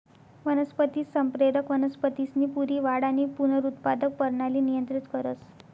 वनस्पती संप्रेरक वनस्पतीसनी पूरी वाढ आणि पुनरुत्पादक परणाली नियंत्रित करस